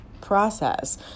process